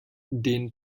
den